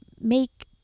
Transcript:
make